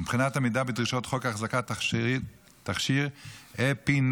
ומבחינת עמידה בדרישות חוק החזקת תכשיר אפינפרין,